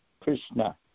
Krishna